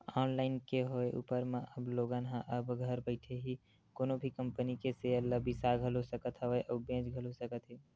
online के होय ऊपर म अब लोगन ह अब घर बइठे ही कोनो भी कंपनी के सेयर ल बिसा घलो सकत हवय अउ बेंच घलो सकत हे